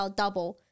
double